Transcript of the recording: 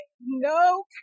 No